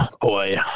boy